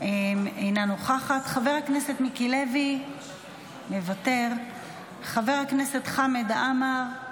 אינה נוכחת, מיקי לוי, מוותר, חבר הכנסת חמד עמאר,